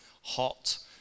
hot